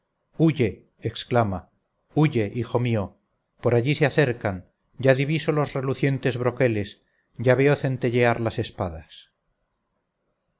huye exclama huye hijo mío por allí se acercan ya diviso los relucientes broqueles ya veo centellear las espadas